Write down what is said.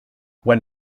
when